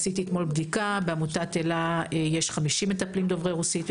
עשיתי אתמול בדיקה: בעמותת אלה יש 50 מטפלים דוברי רוסית,